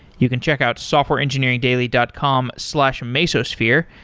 you can check out softwareengineeringdaily dot com slash mesosphere,